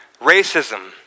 Racism